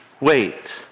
wait